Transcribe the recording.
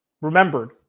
remembered